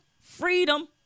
freedom